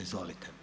Izvolite.